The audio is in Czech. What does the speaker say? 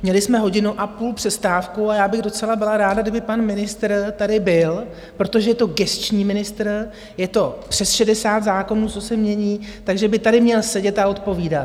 Měli jsme hodinu a půl přestávku a já bych docela byla ráda, kdyby pan ministr tady byl, protože je to gesční ministr, je to přes 60 zákonů, co se mění, takže by tady měl sedět a odpovídat.